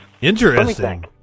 Interesting